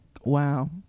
Wow